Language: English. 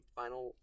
final